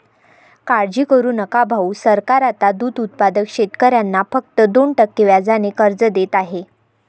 काळजी करू नका भाऊ, सरकार आता दूध उत्पादक शेतकऱ्यांना फक्त दोन टक्के व्याजाने कर्ज देत आहे